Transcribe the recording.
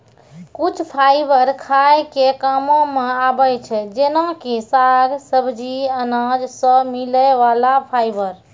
कुछ फाइबर खाय के कामों मॅ आबै छै जेना कि साग, सब्जी, अनाज सॅ मिलै वाला फाइबर